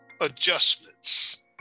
adjustments